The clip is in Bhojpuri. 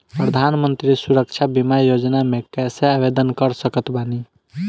प्रधानमंत्री सुरक्षा बीमा योजना मे कैसे आवेदन कर सकत बानी?